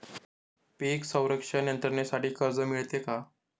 पीक संरक्षण यंत्रणेसाठी कर्ज मिळते का?